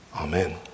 Amen